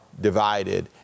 divided